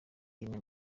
rimwe